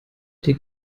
den